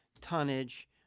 tonnage